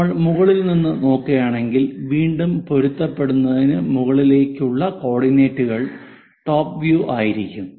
നമ്മൾ മുകളിൽ നിന്ന് നോക്കുകയാണെങ്കിൽ വീണ്ടും പൊരുത്തപ്പെടുന്നതിന് മുകളിലുള്ള കോർഡിനേറ്റുകൾ ടോപ്പ് വ്യൂ ആയിരിക്കും